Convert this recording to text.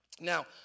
Now